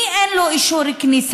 מי אין לו אישור כניסה,